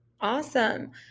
Awesome